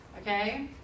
Okay